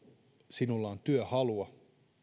sinulla on työhalua